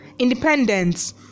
Independence